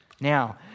Now